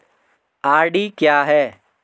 RD क्या है?